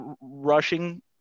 rushing